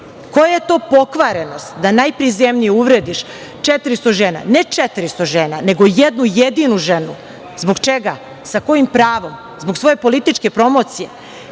Koja je to pokvarenost da najpre u zemlji uvrediš 400 žena, ne 400 žena, nego jednu jedinu ženu, zbog čega? Sa kojim pravom? Zbog svoje političke promocije? Koja